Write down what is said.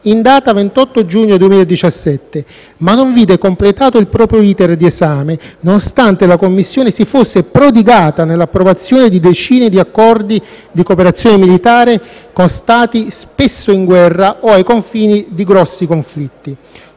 in data 28 giugno 2017, ma non vide completato il proprio *iter* di esame, nonostante la Commissione si fosse prodigata nell'approvazione di decine di accordi di cooperazione militare con Stati spesso in guerra o ai confini di grossi conflitti,